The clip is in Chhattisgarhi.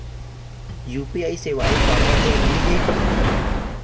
यू.पी.आई सेवाएं काबर जरूरी हे?